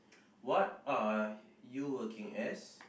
what are you working as